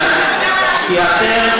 כי אתם